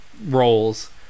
roles